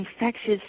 infectious